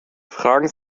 fragen